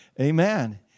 Amen